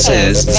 says